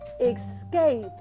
escape